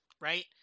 right